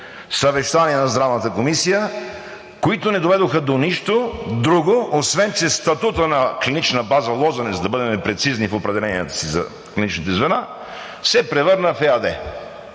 съвещания на Здравната комисия, които не доведоха до нищо друго, освен че статутът на Клинична база „Лозенец“, да бъдем прецизни в определенията си за клиничните звена, се превърна в ЕАД.